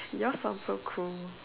and yours sound so cruel